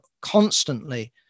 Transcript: constantly